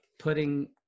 Putting